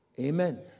Amen